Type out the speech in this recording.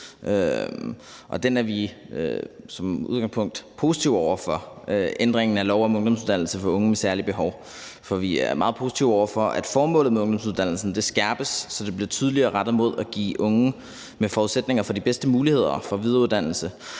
Og vi er som udgangspunkt positive over for ændringen af lov om ungdomsuddannelse for unge med særlige behov, for vi er meget positive over for, at formålet med ungdomsuddannelsen skærpes, så det bliver tydeligere rettet mod at give unge med forudsætninger for det de bedste muligheder for videreuddannelse,